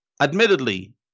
admittedly